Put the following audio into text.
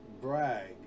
brag